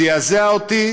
זעזע אותי